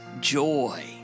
joy